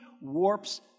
warps